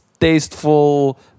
tasteful